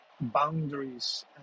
boundaries